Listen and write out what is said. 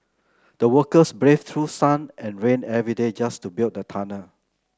the workers braved through sun and rain every day just to build the tunnel